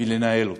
ולנהל אותו,